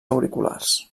auriculars